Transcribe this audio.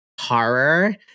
horror